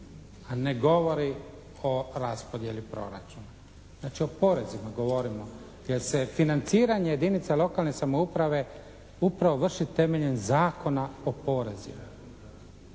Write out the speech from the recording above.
a ne govori o raspodjeli proračuna. Znači, o porezima govorimo jer se financiranje jedinica lokalne samouprave upravo vrši temeljem Zakona o porezima.